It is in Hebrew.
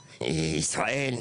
בישראל,